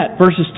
verses